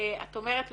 את אומרת,